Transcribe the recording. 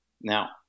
Now